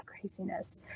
craziness